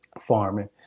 farming